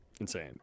Insane